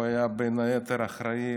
הוא היה בין היתר אחראי,